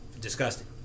disgusting